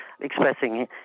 expressing